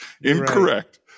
Incorrect